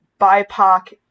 BIPOC